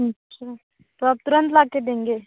अच्छा तो आप तुरंत ला के देंगे